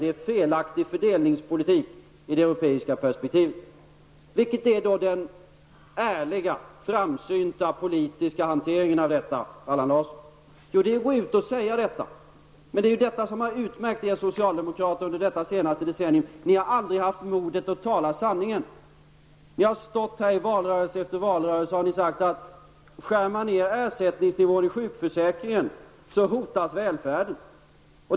Det är en felaktig fördelningspolitik ur det europeiska perspektivet. Vilket är då den ärliga, framsynta politiska hanteringen av detta förhållande, Allan Larsson? Jo, det är att gå ut och säga detta. Men det som har utmärkt er socialdemokrater under detta senaste decennium är att ni aldrig har haft modet att tala om sanningen. Ni har stått i valrörelse efter valrörelse och sagt: Skär man ner ersättningsnivån i sjukförsäkringen hotas välfärden.